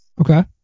Okay